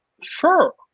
Sure